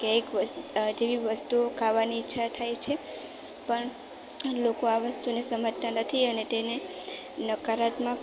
cake જેવી વસ્તુઓ ખાવાની ઈચ્છા થાય છે પણ લોકો આ વસ્તુને સમજતા નથી અને તેને નકારાત્મક